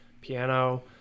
piano